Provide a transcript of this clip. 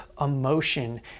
emotion